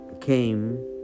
came